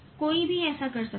कोई भी ऐसा कर सकता है